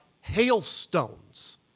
hailstones